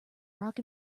rock